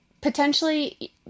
potentially